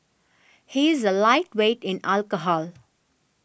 he is a lightweight in alcohol